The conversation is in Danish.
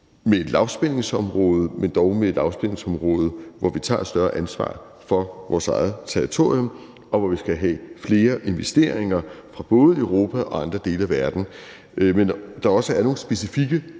i et lavspændingsområde, men dog et lavspændingsområde, hvor vi tager et større ansvar for vores eget territorium, og hvor vi skal have flere investeringer fra både Europa og andre dele af verden. Der er også nogle specifikke